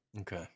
Okay